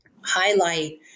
highlight